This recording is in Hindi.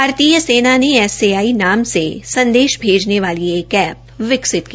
भारतीय सेना के एसएआई नाम से संदेश वाली एक एप्प विकसित की